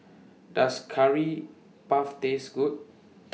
Does Curry Puff Taste Good